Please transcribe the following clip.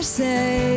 say